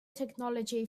technology